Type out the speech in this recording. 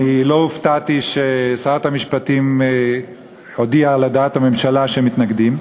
אני לא הופתעתי ששרת המשפטים הודיעה בשם הממשלה שמתנגדים.